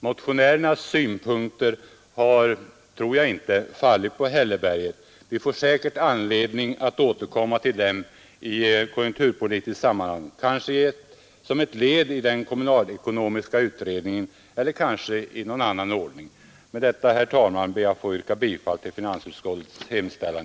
Motionärernas synpunkter tror jag inte har fallit på hälleberget; vi får sä kert anledning att återkomma till dem i ett konjunkturpolitiskt sammanhang, kanske som ett led i den kommunalekonomiska utredningen eller i annan ordning. Jag ber att få yrka bifall till utskottets hemställan.